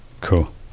Cool